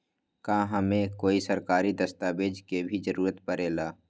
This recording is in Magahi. का हमे कोई सरकारी दस्तावेज के भी जरूरत परे ला?